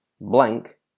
blank